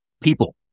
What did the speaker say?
people